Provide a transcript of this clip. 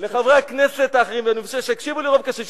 לחברי הכנסת האחרים, שיקשיבו לי רוב קשב.